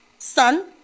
Son